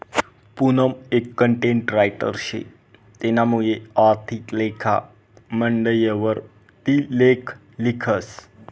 पूनम एक content writer शे तेनामुये आर्थिक लेखा मंडयवर ती लेख लिखस